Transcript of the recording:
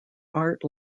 art